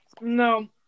No